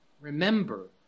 Remember